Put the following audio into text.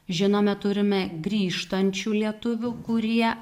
žinome turime grįžtančių lietuvių kurie